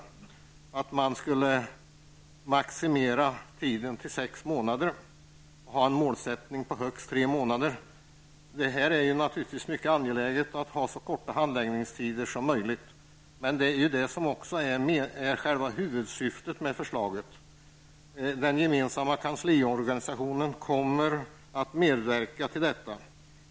Man vill att handläggningstiden skall maximeras till sex månader och vill ha en målsättning på högst tre månader. Det är naturligtvis angeläget med så korta handläggningstider som möjligt. Det är också själva huvudsyftet med förslaget. Den gemensamma kansliorganisationen kommer att medverka till detta.